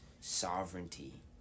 sovereignty